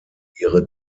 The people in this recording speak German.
ihre